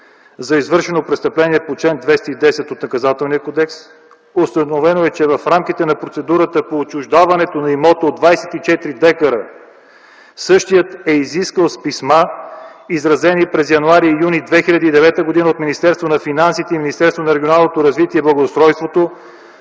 за извършено престъпление по чл. 210 от Наказателния кодекс. Установено е, че в рамките на процедурата по отчуждаването на имот от 24 дка, същият е изискал чрез писма, изразени през м. януари и юни 2009 г., от Министерството на финансите и Министерството на регионалното развитие и благоустройството